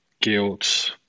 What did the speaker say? guilt